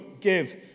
give